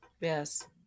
Yes